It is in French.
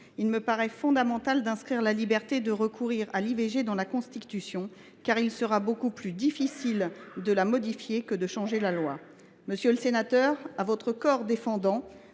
Il me paraît fondamental d’inscrire la liberté de recourir à l’IVG dans la Constitution, car il sera beaucoup plus difficile de modifier celle ci que de changer la loi. Monsieur le sénateur Ravier, à votre corps défendant,